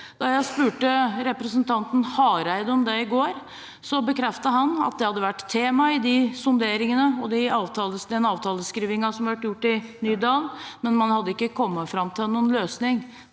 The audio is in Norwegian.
Da jeg spurte representanten Hareide om det i går, bekreftet han at det hadde vært tema i sonderingene og avtaleskrivingen som har vært gjort i Nydalen, men man hadde ikke kommet fram til noen løsning.